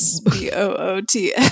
B-O-O-T